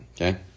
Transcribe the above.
okay